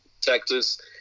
Texas